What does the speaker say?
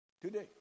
today